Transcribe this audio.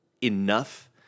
enough